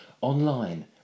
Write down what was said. Online